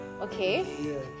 okay